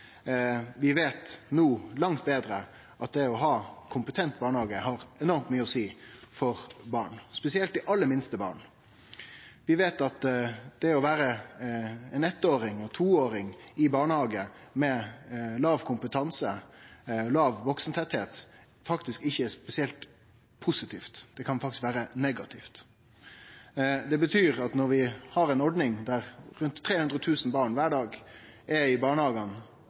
Vi veit langt betre no at det å ha kompetente barnehagar har enormt mykje å seie for barn – spesielt for dei aller minste barna. Vi veit at det å vere ein eittåring eller toåring i barnehage med låg kompetanse og låg vaksentettheit ikkje er spesielt positivt. Det kan faktisk vere negativt. Det betyr at når vi har ei ordning der rundt 300 000 barn kvar dag er i barnehagane,